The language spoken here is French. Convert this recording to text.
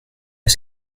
est